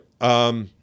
right